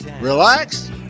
Relax